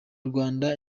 rwanda